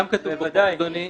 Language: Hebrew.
זה גם כתוב בחוק, אדוני.